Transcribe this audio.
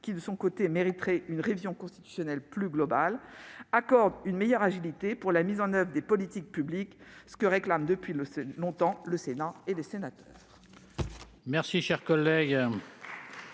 lequel mériterait une révision constitutionnelle plus globale, permettra une meilleure agilité dans la mise en oeuvre des politiques publiques, ce que réclament depuis longtemps le Sénat et les sénateurs.